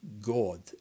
God